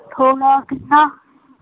ہوگا کتنا